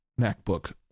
MacBook